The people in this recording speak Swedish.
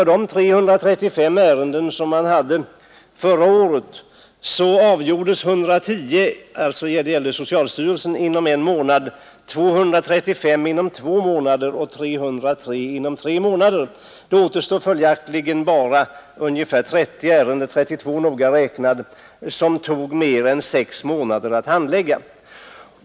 Av de 335 ärenden som man hade i socialstyrelsen förra året avgjordes 110 inom en månad, 235 inom två månader och 303 inom tre månader. Det återstod följaktligen bara 32 ärenden som det tog mer än sex månader att handlägga.